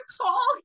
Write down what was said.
call